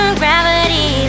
gravity